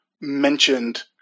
mentioned